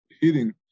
hitting